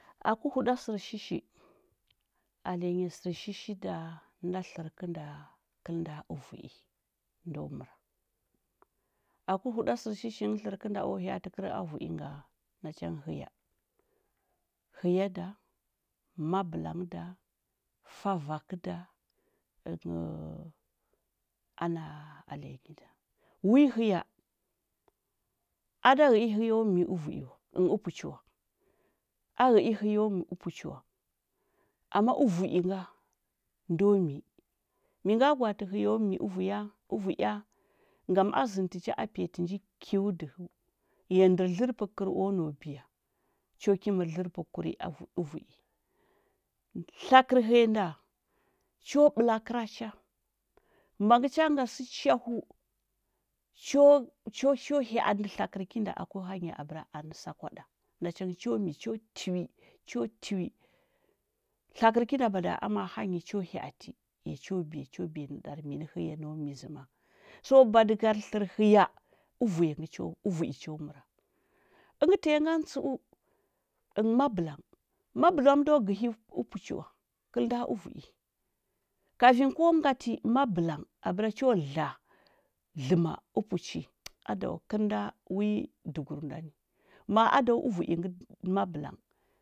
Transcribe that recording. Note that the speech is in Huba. Aku huɗa sɚr shishi alinya sɚr shishi da nda tlɚr kɚnda kɚlda ɚvu’i ndo mɚra aku huɗa sɚrshishi ngɚ tlɚrɚ kɚnda o hyaatɚ kɚr ɚvui nga, nacha ngɚ haya, hɚya da, mabɚlang da, ffavakɚ da ɚngɚu ana alinyi da wi hɚya, ada ghɚi hɚyo mii ɚvu’i wa ɚngɚ upuchi wa a ghɚ’i hɚyo mi puchi wa ama ɚvu’i nga ndo mii mi nga gwaati hɚyo mi ɚvu’ia? Ngam a zɚndɚ tɚcha a piya tɚnji kyiu dɚhɚu, ya ndɚ dlɚrpɚkur o ngu biya cho ki mɚrɚ dlɚrpɚkur nyi au, avu’i tlakɚr hɚya nda cho ɓala kɚracha, mangɚ cha ngatɚ sɚ chahu cho cho cho hya andɚ tlakɚr kinda a ku hanyi abɚra zanɚ sɚ kwa ɗa nachangɚ cho mii cho tiwi cho tiwi tlakɚr kinda bada aman bany cho hya’ati, ya cho biya cho biya nɚɗarɚ minɚ hɚya no mi zɚma? So badɚgalɚr tlɚr hɚya ɚvu’i ngɚ cho ɚvu’i ngɚ cho mɚra ɚngɚ tanya nganɚ tsɚ’u, ɚghɚ mabɚlang mabɚlang do gɚhi puchi wa kɚl nda ɚvu’i kasin ko nga ti mabɚlang abɚra cho dla dlɚma upuchi adawa kɚlnda wi dugur ndani ma’a ada wa ɚvu’i ndani maɚlang.